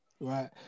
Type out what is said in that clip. Right